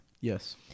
Yes